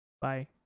Bye